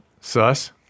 Sus